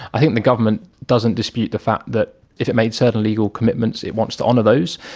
i think the government doesn't dispute the fact that if it made certain legal commitments, it wants to honour those,